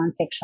nonfiction